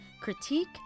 critique